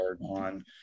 on